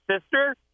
sister